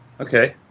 Okay